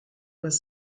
was